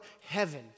heaven